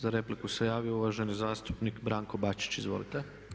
Za repliku se javio uvaženi zastupnik Branko Bačić, izvolite.